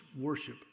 worship